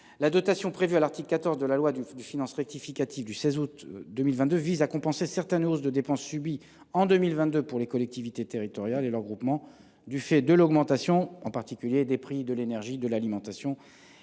La dotation prévue à l’article 14 de la loi de finances rectificative du 16 août 2022 vise à compenser certaines hausses de dépenses subies en 2022 par les collectivités territoriales et leurs groupements, du fait de l’augmentation des prix de l’énergie, de l’alimentation